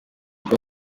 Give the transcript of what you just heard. igwa